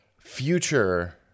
future